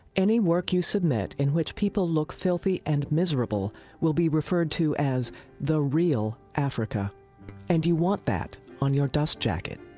any work you submit in which people look filthy and miserable will be referred to as the real africa and you want that on your dust jacket.